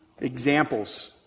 Examples